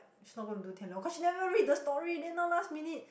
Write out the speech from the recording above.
she not gonna do Tian-Long cause she never read the story then now last minute